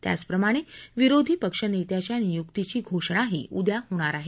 त्याचप्रमाणे विरोधी पक्षनेत्याच्या नियुक्तीची घोषणाही उद्या होणार आहे